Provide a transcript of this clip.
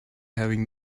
having